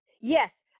Yes